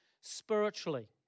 spiritually